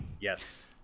Yes